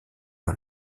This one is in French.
par